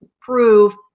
prove